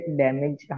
damage